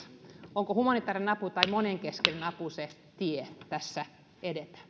onko humanitäärinen apu tai monenkeskinen apu se tie tässä edetä